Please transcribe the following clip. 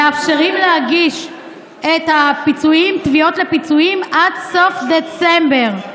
מאפשרים להגיש את התביעות לפיצויים עד סוף דצמבר.